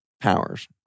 powers